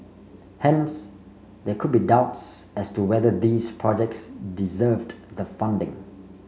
hence there could be doubts as to whether these projects deserved the funding